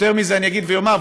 יותר מזה אני אגיד ואומר,